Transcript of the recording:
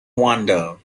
wonder